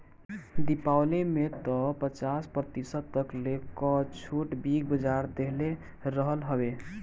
दीपावली में तअ पचास प्रतिशत तकले कअ छुट बिग बाजार देहले रहल हवे